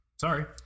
sorry